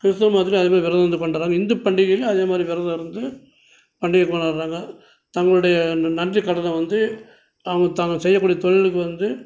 கிறிஸ்துவ மதத்துலேயும் அதேமாதிரி விரதம் இருந்து பண்ணுறாங்க இந்துப்பண்டிகைலேயும் அதேமாதிரி விரதம் இருந்து பண்டிகை கொண்டாடுறாங்க தங்களுடைய ந ந நன்றிக்கடனை வந்து அவங்க தாங்க செய்யக்கூடிய தொழிலுக்கு வந்து